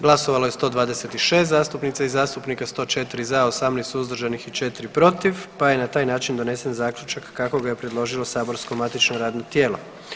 Glasovalo je 126 zastupnica i zastupnika, 104 za, 18 suzdržanih i 4 protiv, pa je na taj način donesen zaključak kako ga je predložilo saborsko matično radno tijelo.